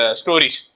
stories